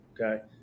okay